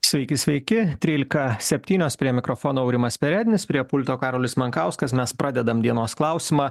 sveiki sveiki trylika septynios prie mikrofono aurimas perednis prie pulto karolis mankauskas mes pradedam dienos klausimą